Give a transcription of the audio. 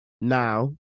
Now